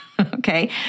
okay